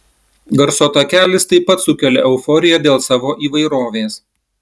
garso takelis taip pat sukelia euforiją dėl savo įvairovės